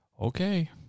Okay